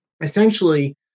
essentially